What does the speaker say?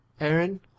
Aaron